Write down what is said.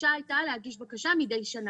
הדרישה הייתה להגיש בקשה מידי שנה.